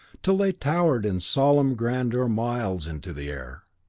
till they towered in solemn grandeur miles into the air!